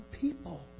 people